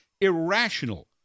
irrational